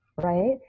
right